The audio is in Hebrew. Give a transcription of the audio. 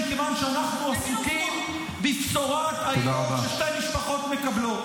מכיוון שאנחנו עסוקים בבשורת האיוב ששתי משפחות מקבלות